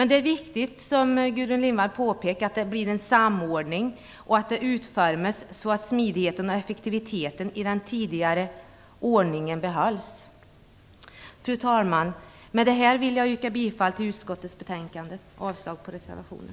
Det är viktigt, som Gudrun Lindvall påpekar, att det blir en samordning och att det utformas så att smidigheten och effektiviteten i den tidigare ordningen behålls. Fru talman! Med detta yrkar jag bifall till utskottets hemställan och avslag på reservationen.